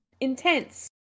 intense